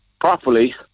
properly